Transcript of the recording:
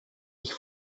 ich